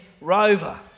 Rover